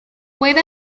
puede